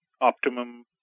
optimum